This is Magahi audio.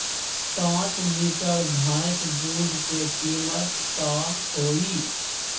पाँच लीटर भेस दूध के कीमत का होई?